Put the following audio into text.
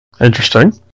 interesting